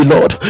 Lord